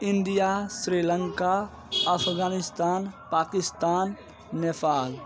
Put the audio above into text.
India Sri Lanka Afghanistan Pakistan Nepal